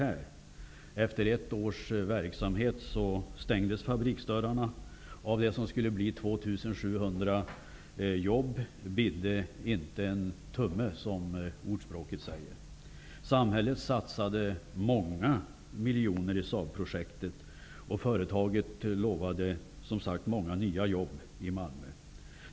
Efter ett års verksamhet stängdes fabriksdörrarna. Av det som skulle bli 2 700 jobb bidde inte en tumme. Samhället satsade många miljoner i Saabprojektet, och företaget lovade många nya jobb i Malmö.